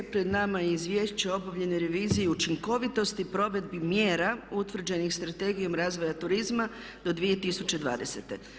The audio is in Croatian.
Pred nama je Izvješće o obavljenoj reviziji učinkovitosti provedbi mjera utvrđenih Strategijom razvoja turizma do 2020.